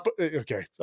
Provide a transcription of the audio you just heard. okay